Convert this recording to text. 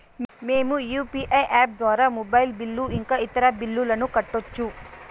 మేము UPI app ద్వారా mobile bill ఇంకా ఇతర బిల్లులను కట్టొచ్చు